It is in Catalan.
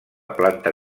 planta